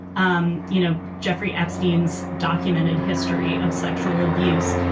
um you know, jeffrey epstein's documented history of sexual abuse,